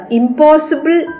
impossible